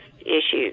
issues